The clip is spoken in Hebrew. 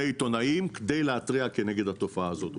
עיתונאים כדי להתריע כנגד התופעה הזאת.